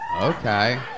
Okay